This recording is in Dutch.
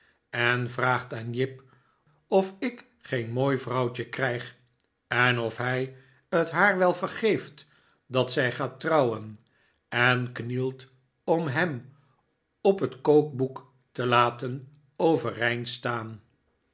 en vraagt aan jip of ik geen mooi vrouwtje krijg en of hij het haar wel vergeeft dat zij gaat trouwen en knielt om hem op het kookboek te laten overeind staan